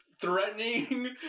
Threatening